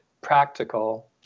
practical